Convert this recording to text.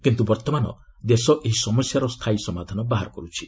କିନ୍ତୁ ବର୍ତ୍ତମାନ ଦେଶ ଏହି ସମସ୍ୟାର ସ୍ଥାୟୀ ସମାଧାନ ବାହାର କର୍ଛି